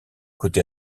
côté